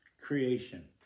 creation